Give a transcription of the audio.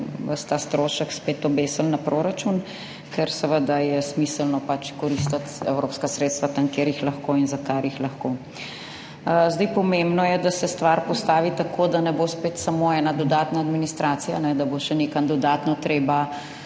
ves ta strošek spet obesili na proračun, ker seveda je smiselno pač koristiti evropska sredstva tam, kjer jih lahko in za kar jih lahko. Pomembno je, da se stvar postavi tako, da ne bo spet samo ena dodatna administracija, da bo še nekam dodatno treba